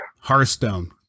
Hearthstone